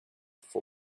for